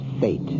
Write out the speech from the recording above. fate